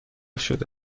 شده